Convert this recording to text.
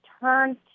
turn